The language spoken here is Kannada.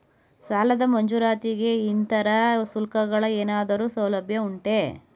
ಸಾಲದ ಮಂಜೂರಾತಿಗೆ ಇತರೆ ಶುಲ್ಕಗಳ ಏನಾದರೂ ಸೌಲಭ್ಯ ಉಂಟೆ?